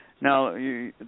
Now